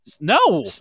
No